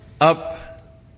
up